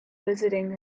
visiting